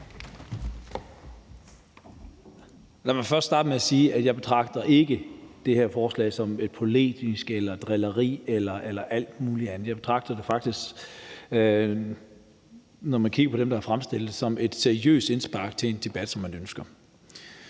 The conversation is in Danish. Lad mig starte med at sige, at jeg ikke betragter det her forslag som polemisk eller drilleri eller alt muligt andet. Jeg betragter det faktisk, når jeg kigger på, hvem der har fremsat det, som et seriøst indspark i en debat, som man ønsker.